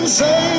say